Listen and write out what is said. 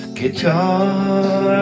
guitar